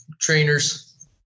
trainers